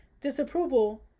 disapproval